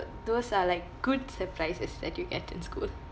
those are like good surprises that you get in school